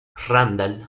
randall